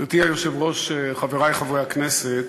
גברתי היושבת-ראש, חברי חברי הכנסת,